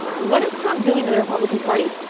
what is trump doing to the republican party?